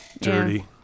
dirty